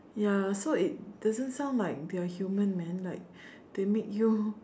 ya so it doesn't sound like they are human man like they make you